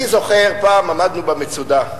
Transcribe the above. אני זוכר, פעם עמדנו במצודה,